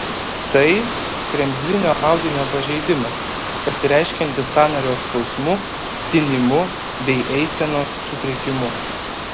tai kremzlinio audinio pažeidimas pasireiškiantis sąnario skausmu tinimu bei eisenos sutrikimu